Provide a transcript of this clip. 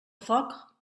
foc